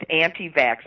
anti-vax